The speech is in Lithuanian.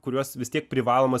kuriuos vis tiek privaloma